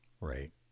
Right